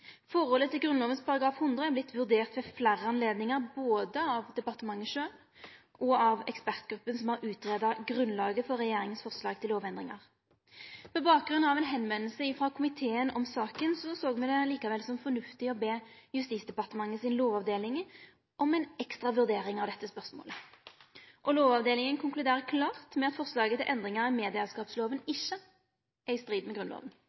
Forholdet til Grunnloven § 100 har vorte vurdert ved fleire anledningar, både av departementet sjølv og av ekspertgruppa som har greidd ut grunnlaget for regjeringa sitt forslag til lovendringar. På bakgrunn av ein førespurnad frå komiteen i saka såg me det likevel som fornuftig å be Justisdepartementet si lovavdeling om ei ekstra vurdering av dette spørsmålet. Lovavdelinga konkluderer klart med at forslaget til endringar i medieeigarskapsloven ikkje er i strid med Grunnloven.